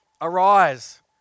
Arise